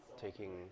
taking